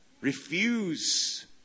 Refuse